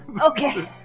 Okay